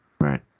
Right